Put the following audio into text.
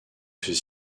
ceux